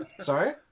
Sorry